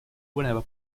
whenever